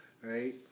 right